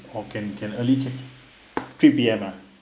orh can can early check three P_M uh